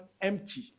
empty